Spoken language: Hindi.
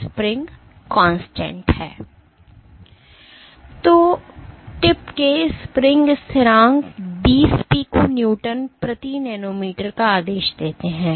तो टिप के स्प्रिंग स्थिरांक 20 पिको न्यूटन प्रति नैनोमीटर का आदेश देते हैं